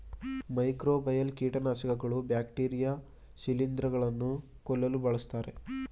microbial ಕೀಟನಾಶಕಗಳು bacteria ಶಿಲಿಂದ್ರ ಗಳನ್ನು ಕೊಲ್ಲಲು ಬಳ್ಸತ್ತರೆ